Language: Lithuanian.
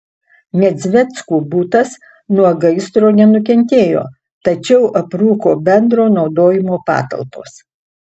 nedzveckų butas nuo gaisro nenukentėjo tačiau aprūko bendro naudojimo patalpos